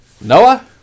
Noah